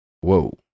whoa